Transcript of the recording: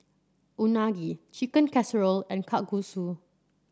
Unagi Chicken Casserole and Kalguksu